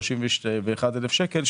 יש 31 אלף שקל,